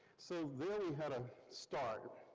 so there we had a start.